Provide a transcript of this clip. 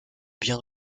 biens